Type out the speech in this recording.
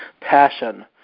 passion